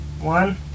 one